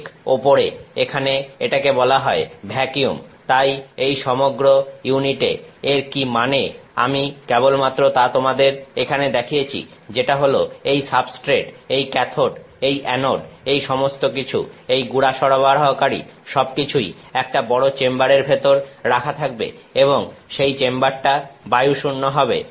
ঠিক ওপরে এখানে এটাকে বলা হয় ভ্যাকিউম তাই এই সমগ্র ইউনিটে এর কি মানে আমি কেবলমাত্র তা তোমাদের এখানে দেখিয়েছি যেটা হলো এই সাবস্ট্রেট এই ক্যাথোড এই অ্যানোড এই সমস্ত কিছু এই গুড়া সরবরাহকারী সবকিছুই একটা বড় চেম্বারের ভেতরে রাখা থাকবে এবং সেই চেম্বারটা বায়ুশূন্য হবে